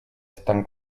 estan